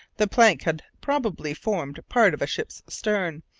the plank had probably formed part of a ship's stern,